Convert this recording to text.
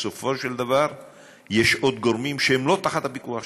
בסופו של דבר יש עוד גורמים שהם לא תחת הפיקוח שלך.